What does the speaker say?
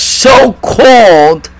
so-called